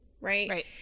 right